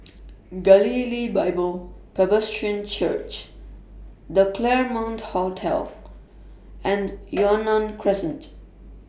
Galilee Bible Presbyterian Church The Claremont Hotel and Yunnan Crescent